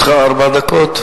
לרשותך ארבע דקות.